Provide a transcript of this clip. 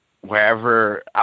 wherever